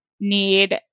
need